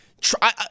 try